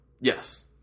Yes